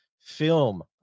film